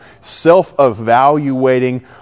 self-evaluating